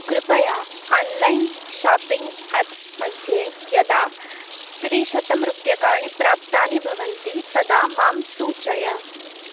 कृपया online shopping apps मध्ये यदा त्रिशतं रूप्यकाणि प्राप्तानि भवन्ति तदा मां सूचय